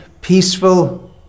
peaceful